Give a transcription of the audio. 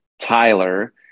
Tyler